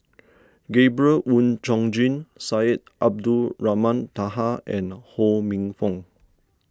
Gabriel Oon Chong Jin Syed Abdulrahman Taha and Ho Minfong